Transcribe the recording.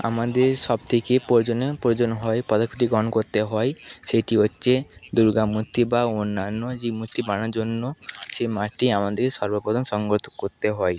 আমাদের সবথেকে প্রয়োজনীয় প্রয়োজন হয় পদার্থটি গ্রহণ করতে হয় সেটি হচ্ছে দুর্গা মূর্তি বা অন্যান্য যে মূর্তি বানানোর জন্য সে মাটি আমাদের সর্বপ্রথম সংগ্রহ তো করতে হয়